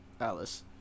Alice